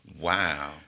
Wow